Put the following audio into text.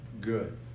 Good